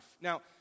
Now